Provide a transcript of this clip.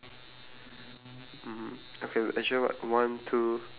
mm okay maybe there's like some difference that we missed out